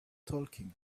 talking